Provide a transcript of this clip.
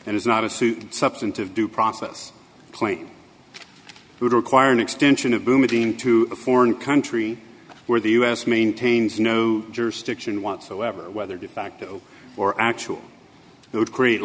and it's not a suit substantive due process point would require an extension of boumediene to a foreign country where the u s maintains no jurisdiction whatsoever whether de facto or actually it would create